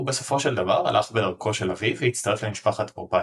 ובסופו של דבר הלך בדרכו של אביו והצטרף למשפחת פרופאצ'י.